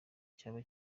cyaba